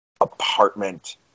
apartment